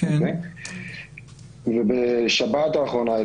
ובשבת האחרונה,